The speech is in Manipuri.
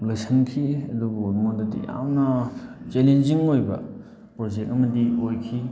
ꯂꯣꯏꯁꯟꯈꯤ ꯑꯗꯨꯕꯨ ꯑꯩꯉꯣꯟꯗꯗꯤ ꯌꯥꯝꯅ ꯆꯦꯂꯦꯟꯖꯤꯡ ꯑꯣꯏꯕ ꯄ꯭ꯔꯣꯖꯦꯛ ꯑꯃꯗꯤ ꯑꯣꯏꯈꯤ